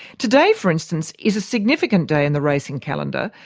today, for instance, is a significant day in the racing calendar,